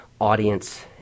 audience